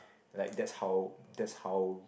like that's how that's how